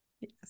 Yes